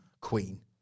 Queen